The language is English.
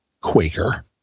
Quaker